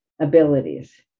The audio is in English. abilities